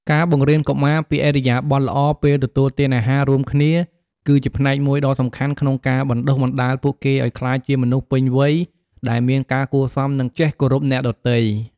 ការបង្រៀនកុមារពីឥរិយាបថល្អពេលទទួលទានអាហាររួមគ្នា គឺជាផ្នែកមួយដ៏សំខាន់ក្នុងការបណ្តុះបណ្តាលពួកគេឲ្យក្លាយជាមនុស្សពេញវ័យដែលមានការគួរសម និងចេះគោរពអ្នកដទៃ។